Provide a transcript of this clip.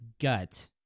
gut